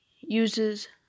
uses